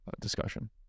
discussion